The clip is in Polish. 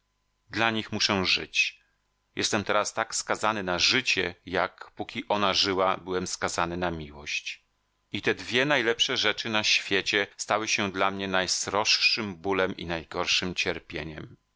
dla nich muszę żyć jestem teraz tak skazany na życie jak póki ona żyła byłem skazany na miłość i te dwie najlepsze rzeczy na świecie stały się dla mnie najsroższym bólem i najgorszem cierpieniem